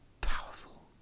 Powerful